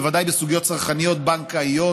בוודאי בסוגיות צרכניות בנקאיות,